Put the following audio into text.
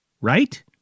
Right